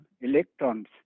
electrons